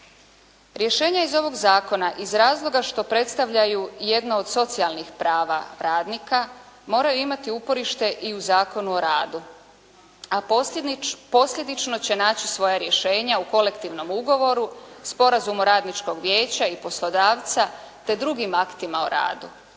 Rješenja iz ovog zakona iz razloga što predstavljaju i jedna od socijalnih prava radnika moraju imati uporište i u Zakonu o radu, a posljedično će naći svoja rješenja u kolektivnom ugovoru, sporazumu radničkog vijeća ili poslodavca, te drugim aktima o radu.